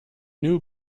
new